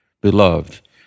Beloved